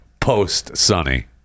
post-Sonny